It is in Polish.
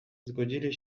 zgodzili